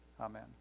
Amen